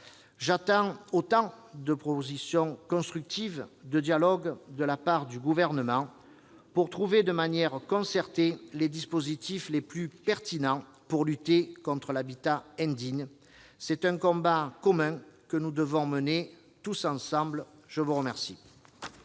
J'attends autant de positions constructives, de dialogue de la part du Gouvernement pour trouver de manière concertée les dispositifs les plus pertinents pour lutter contre l'habitat indigne. C'est un combat commun que nous devons mener tous ensemble. La parole